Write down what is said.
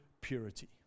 purity